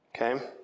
Okay